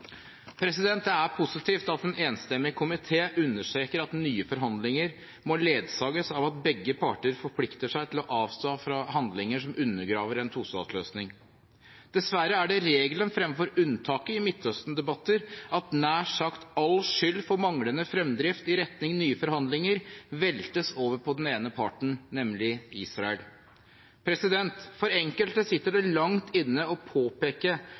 Det er positivt at en enstemmig komité understreker at nye forhandlinger må ledsages av at begge parter forplikter seg til å avstå fra handlinger som undergraver en tostatsløsning. Dessverre er det regelen fremfor unntaket i Midtøsten-debatter at nær sagt all skyld for manglende fremdrift i retning nye forhandlinger veltes over på den ene parten, nemlig Israel. For enkelte sitter det langt inne å påpeke